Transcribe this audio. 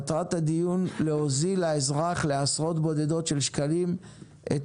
מטרת הדיון להוזיל לאזרח לעשרות בודדות של שקלים את